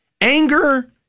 anger